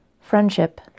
Friendship